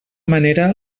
manera